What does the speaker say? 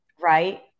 right